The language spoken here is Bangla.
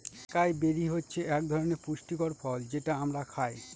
একাই বেরি হচ্ছে এক ধরনের পুষ্টিকর ফল যেটা আমরা খায়